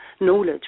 knowledge